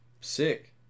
Sick